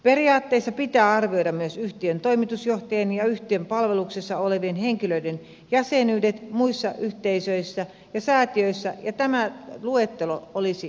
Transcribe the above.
periaatteissa pitää arvioida myös yhtiön toimitusjohtajan ja yhtiön palveluksessa olevien henkilöiden jäsenyydet muissa yhteisöissä ja säätiöissä ja tämä luettelo olisi julkinen